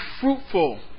fruitful